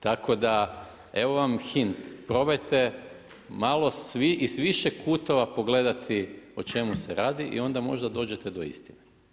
Tako da, evo vam hint, probajte, malo svi iz više kutova pogledati o čemu se radi i onda možda dođete do istine.